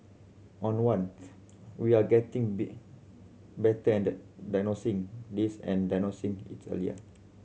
on one we are getting better at diagnosing this and diagnosing it earlier